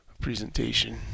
presentation